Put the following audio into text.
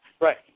Right